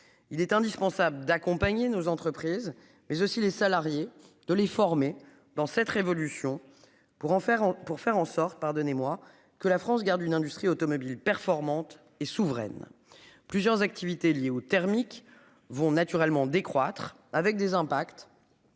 Il est indispensable d'accompagner nos entreprises mais aussi les salariés, de les former dans cette révolution pour en faire pour faire en sorte, pardonnez-moi, que la France garde une industrie automobile performante et souveraine. Plusieurs activités liées au thermique vont naturellement décroître avec des impacts.